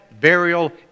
burial